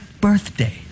birthday